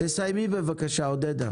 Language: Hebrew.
סיימי בבקשה.